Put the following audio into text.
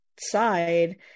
side